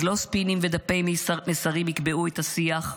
אז לא ספינים ודפי מסרים יקבעו את השיח.